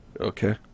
Okay